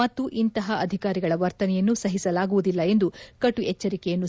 ಮತ್ತು ಇಂಥಹ ಅಧಿಕಾರಿಗಳ ವರ್ತನೆಯನ್ನು ಸಹಿಸಲಾಗುವುದಿಲ್ಲ ಎಂದು ಕಟು ಎಚ್ಚರಿಕೆಯನ್ನು ಸಹ ನೀಡಿದ್ದರು